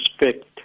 respect